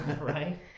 right